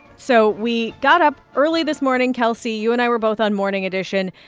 so we got up early this morning. kelsey, you and i were both on morning edition.